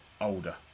older